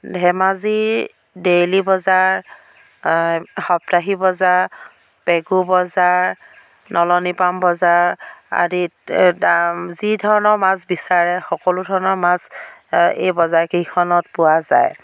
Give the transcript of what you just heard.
ধেমাজিৰ ডেইলি বজাৰ সপ্তাহিক বজাৰ পেগু বজাৰ নলনীপাম বজাৰ আদিত দাম যি ধৰণৰ মাছ বিচাৰে সকলো ধৰণৰ মাছ এই বজাৰ কেইখনত পোৱা যায়